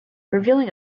revealing